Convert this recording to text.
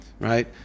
right